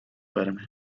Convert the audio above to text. verme